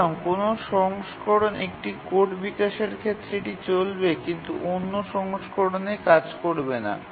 সুতরাং কোন সংস্করণে একটি কোড বিকাশের ক্ষেত্রে এটি চলবে কিন্তু অন্য সংস্করণে কাজ করবে না